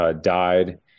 died